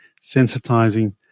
sensitizing